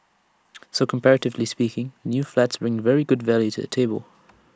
so comparatively speaking new flats bring very good value to the table